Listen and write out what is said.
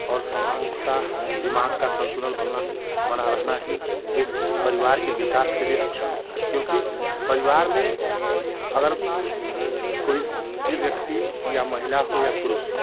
और समानता दिमाग का सन्तुलन बनना बना रहना ही एक परिवार के विकास के लिए अच्छा होता है क्योंकि परिवार में अगर कोई भी व्यक्ति या महिला हो या पुरुष हो